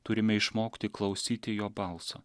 turime išmokti klausyti jo balso